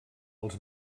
els